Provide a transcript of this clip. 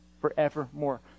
forevermore